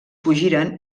fugiren